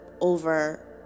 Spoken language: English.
over